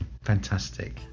Fantastic